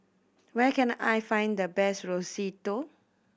where can I find the best